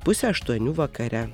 pusė aštuonių vakare